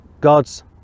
God's